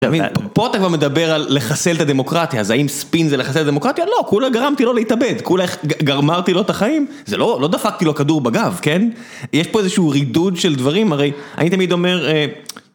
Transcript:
פה אתה כבר מדבר על לחסל את הדמוקרטיה, אז האם ספין זה לחסל את הדמוקרטיה? לא, כולה גרמתי לו להתאבד, כולה גמרתי לו את החיים, זה לא, לא דפקתי לו כדור בגב, כן? יש פה איזשהו רידוד של דברים, הרי, אני תמיד אומר...